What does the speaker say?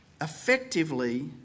Effectively